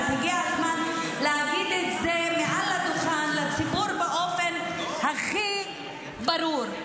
אז הגיע הזמן להגיד את זה מעל הדוכן לציבור באופן הכי ברור.